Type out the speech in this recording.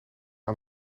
aan